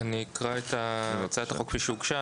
אני אקרא את הצעת החוק כפי שהוגשה.